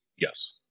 Yes